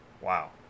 Wow